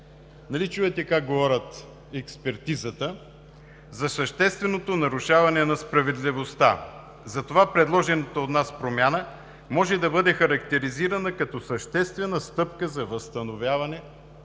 Нали чувате как говорят от експертизата: за същественото нарушаване на справедливостта. Предложената от нас промяна може да бъде характеризирана като съществена стъпка за възстановяване на тази